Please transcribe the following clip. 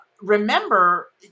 remember